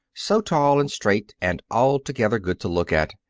so tall and straight and altogether good to look at,